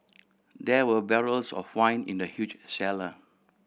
there were barrels of wine in the huge cellar